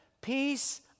Peace